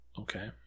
Okay